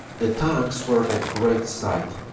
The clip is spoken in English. the tanks were a great sight.